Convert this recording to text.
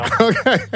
Okay